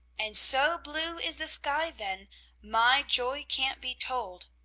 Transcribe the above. and so blue is the sky then my joy can't be told.